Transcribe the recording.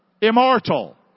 immortal